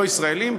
לא ישראליים,